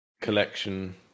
collection